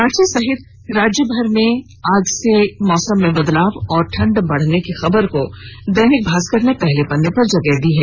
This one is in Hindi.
रांची सहित राज्यभर में आज से मौसम में बदलाव और ठंड बढ़ने की खबर को दैनिक भास्कर ने पहले पन्ने पर जगह दी है